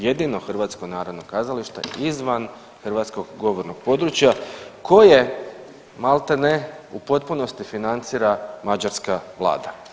Jedino Hrvatsko narodno kazalište izvan hrvatskog govornog područja koje maltene u potpunosti financira mađarska Vlada.